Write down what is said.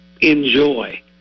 enjoy